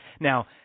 Now